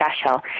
special